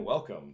Welcome